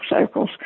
circles